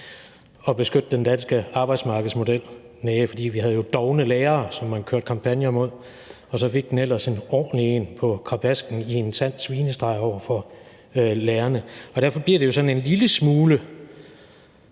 at beskytte den danske arbejdsmarkedsmodel. Næh, for vi havde jo dovne lærere, som man kørte kampagner mod, og så fik den ellers en ordentlig en med krabasken i en sand svinestreg over for lærerne. Derfor bliver det jo sådan en lille smule